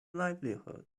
livelihood